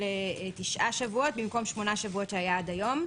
תשעה שבועות במקום שמונה שבועות שהיו עד היום.